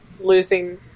losing